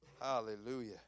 Hallelujah